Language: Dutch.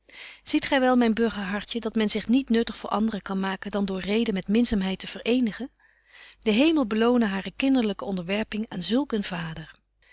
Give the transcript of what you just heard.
ziet gy wel myn burgerhartje dat men zich niet nuttig voor anderen kan maken dan door reden met minzaamheid te verëenigen de hemel belone betje wolff en aagje deken historie van mejuffrouw sara burgerhart hare kinderlyke onderwerping aan zulk een